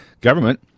government